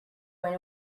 going